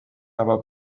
aber